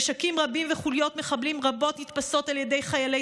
נשקים רבים וחוליות מחבלים רבות נתפסים על ידי חיילי